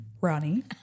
Ronnie